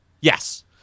Yes